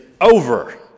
over